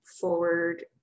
forward